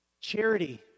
charity